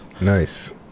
Nice